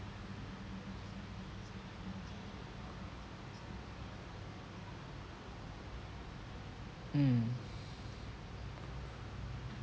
mm